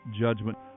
judgment